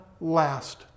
last